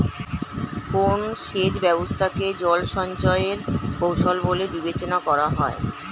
কোন সেচ ব্যবস্থা কে জল সঞ্চয় এর কৌশল বলে বিবেচনা করা হয়?